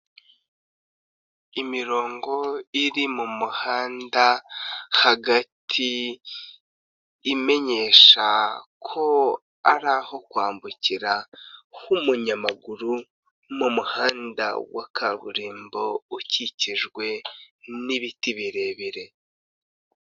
Imirongo iri mu muhanda hagati imenyesha ko ari aho kwambukira h'umunyamaguru mu muhanda wa kaburimbo ukikijwe n'ibiti birebire.